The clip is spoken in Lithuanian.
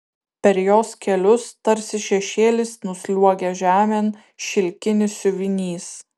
per jos kelius tarsi šešėlis nusliuogia žemėn šilkinis siuvinys